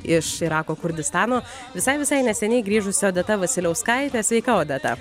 iš irako kurdistano visai visai neseniai grįžusi odeta vasiliauskaitė sveika odeta